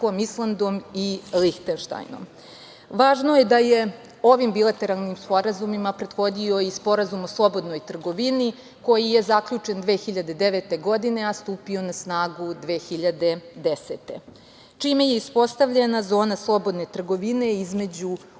Islandom i Lihtenštajnom. Važno je da je ovim bilateralnim sporazumima prethodio i Sporazum o slobodnoj trgovini, koji je zaključen 2009. godine a stupio na snagu 2010. godine, čime je uspostavljena zona slobodne trgovine između